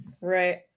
Right